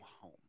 home